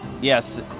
Yes